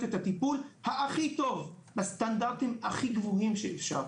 את הטיפול הכי טוב בסטנדרטים הכי גבוהים שאפשר.